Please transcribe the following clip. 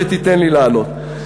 שתיתן לי לענות.